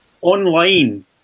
online